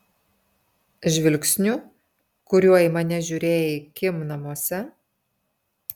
žvilgsniu kuriuo į mane žiūrėjai kim namuose